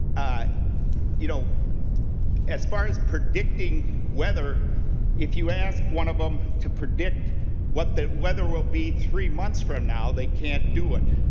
ah you know as far as predicting weather if you ask one of them to predict what the weather will be three months from now they can't do it.